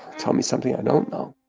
tell me something i don't know.